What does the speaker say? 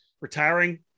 retiring